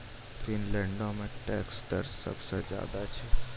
फिनलैंडो के टैक्स दर सभ से ज्यादे छै